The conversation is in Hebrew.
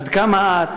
עד כמה את,